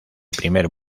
primer